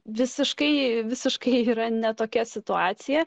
visiškai visiškai yra ne tokia situacija